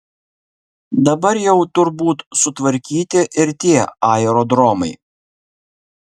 dabar jau turbūt sutvarkyti ir tie aerodromai